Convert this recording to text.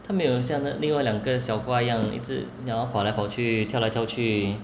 它没有像另外两个小瓜一样一直跑来跑去跳来跳去